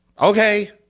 Okay